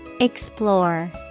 Explore